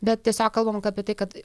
bet tiesiog kalbam apie tai kad